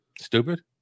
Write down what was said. Stupid